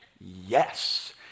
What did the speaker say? yes